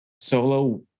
Solo